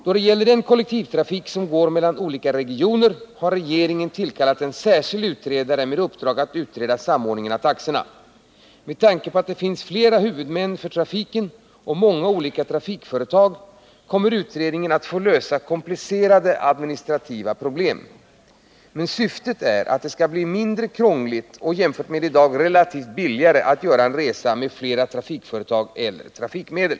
Då det gäller den kollektivtrafik som går mellan olika regioner har regeringen tillkallat en särskild utredare med uppdrag att utreda samordningen av taxorna. Med tanke på att det finns flera huvudmän för trafiken och många olika trafikföretag kommer utredningen att få lösa komplicerade administrativa problem. Men syftet är att det skall bli mindre krångligt och jämfört med i dag relativt billigare att göra en resa med flera trafikföretag eller trafikmedel.